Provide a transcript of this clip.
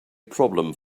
problem